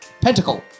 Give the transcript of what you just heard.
Pentacle